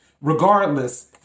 Regardless